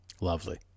Lovely